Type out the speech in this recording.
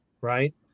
right